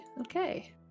Okay